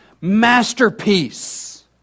masterpiece